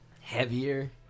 heavier